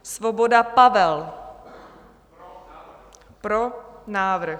Svoboda Pavel: Pro návrh.